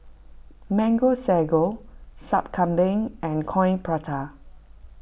Mango Sago Sup Kambing and Coin Prata